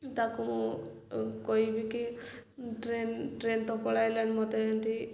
ତାକୁ ମୁଁ କହିବି କିି ଟ୍ରେନ୍ ଟ୍ରେନ୍ ତ ପଳାଇଲାଣି ମୋତେ ଏମିତି